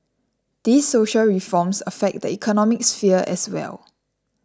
these social reforms affect the economic sphere as well